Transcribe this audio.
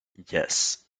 yes